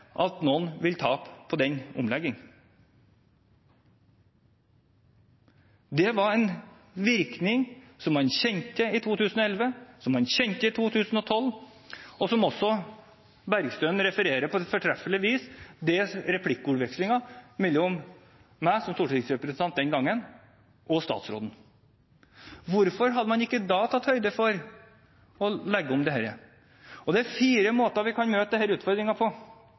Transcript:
tape på den omleggingen. Det var en virkning som man kjente i 2011, som man kjente i 2012, og Bergstø refererer på fortreffelig vis til replikkordvekslingen mellom meg som stortingsrepresentant den gangen og daværende statsråd. Hvorfor hadde man ikke da tatt høyde for å legge om dette? Det er fire måter vi kan møte denne utfordringen på.